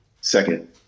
Second